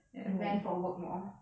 van for work lor